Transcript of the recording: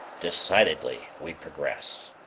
decidedly we progress.